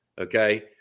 Okay